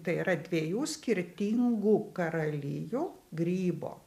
tai yra dviejų skirtingų karalijų grybo